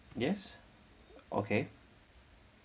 yes okay